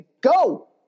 go